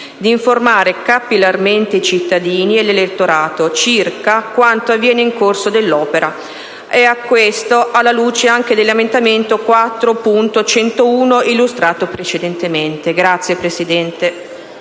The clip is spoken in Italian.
di informare capillarmente i cittadini e l'elettorato circa quanto avviene in corso d'opera. Questo, alla luce anche dell'emendamento 4.101, illustrato precedentemente.